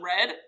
red